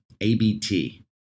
ABT